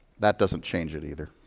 that doesn't change it either.